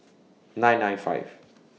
nine nine five